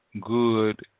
good